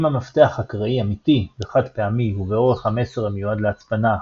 אם המפתח אקראי "אמיתי" וחד-פעמי ובאורך המסר המיועד להצפנה,